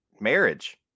marriage